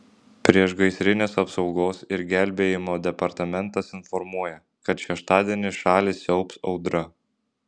priešgaisrinės apsaugos ir gelbėjimo departamentas informuoja kad šeštadienį šalį siaubs audra